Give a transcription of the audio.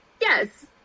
yes